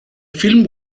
film